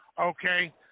okay